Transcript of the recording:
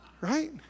right